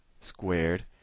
squared